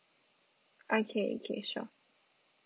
okay okay sure